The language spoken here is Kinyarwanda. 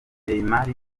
neymar